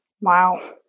Wow